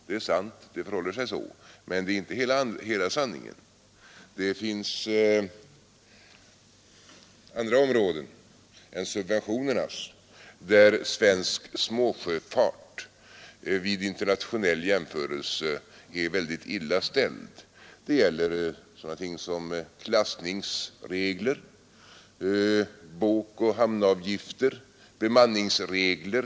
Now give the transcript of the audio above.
Det är sant, det förhåller sig så, men det är inte hela sanningen. Det finns andra områden än subventionernas där svensk småsjöfart vid internationell jämförelse är mycket illa ställd. Det gäller sådana ting som klassnings regler, båkoch hamnavgifter och bemanningsregler.